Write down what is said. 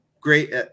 great